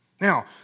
Now